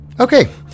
Okay